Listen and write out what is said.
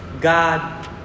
God